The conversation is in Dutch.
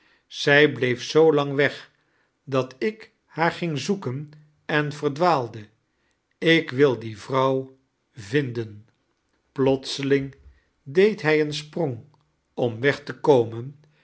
zij bleef zoo lang weg dat ik haar ging zoeken en verdwaame ik wil die yrouw vinden plotseling deed hij een sprong om weg te komen